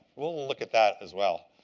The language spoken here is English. we'll look at that as well.